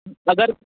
अगर